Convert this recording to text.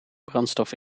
brandstof